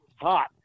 hot